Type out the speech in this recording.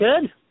good